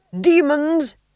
demons